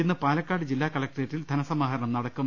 ഇന്ന് പാലക്കാട് ജില്ലാ കളക്ട്രേറ്റിൽ ധനസമാഹരണം നടക്കും